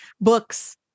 books